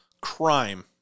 crime